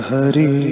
Hari